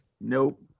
Nope